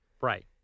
Right